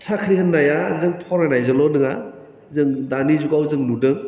साख्रि होन्नाया जों फरायनायजोंल' नोङा जों दानि जुगाव जों नुदों